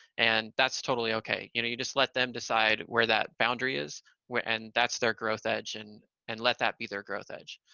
and that's totally okay. you know, you just let them decide where that boundary is where and that's their growth edge and and let that be their growth edge.